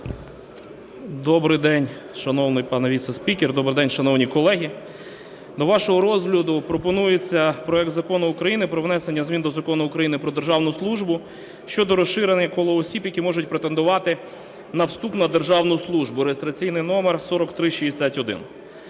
Добрий день, шановний пане віце-спікер! Добрий день, шановні колеги! До вашого розгляду пропонується проект Закону України про внесення змін до Закону України "Про державну службу" щодо розширення кола осіб, які можуть претендувати на вступ на державну службу (реєстраційний номер 4361).